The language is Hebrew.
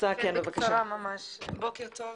בוקר טוב.